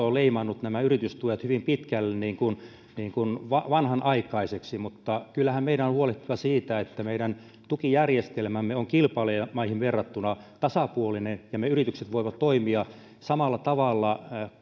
on leimannut nämä yritystuet hyvin pitkälle niin kuin niin kuin vanhanaikaisiksi mutta kyllähän meidän on huolehdittava siitä että meidän tukijärjestelmämme on kilpailijamaihin verrattuna tasapuolinen ja ne yritykset voivat toimia samalla tavalla